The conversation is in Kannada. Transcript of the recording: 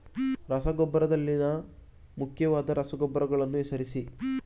ರಸಗೊಬ್ಬರದಲ್ಲಿನ ಮುಖ್ಯವಾದ ರಸಗೊಬ್ಬರಗಳನ್ನು ಹೆಸರಿಸಿ?